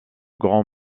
grand